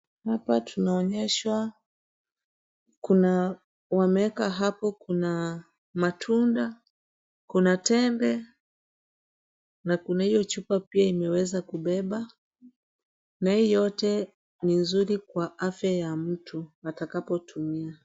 Hapa tunaonyeshwa kuna wameeka hapo kuna matunda, kuna tembe na kuna hiyo chupa pia imeweza kubeba na hii yote ni nzuri kwa afya ya mtu atakapotumia.